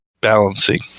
balancing